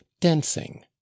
dancing